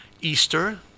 Easter